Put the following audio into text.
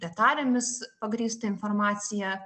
detalėmis pagrįstą informaciją